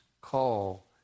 call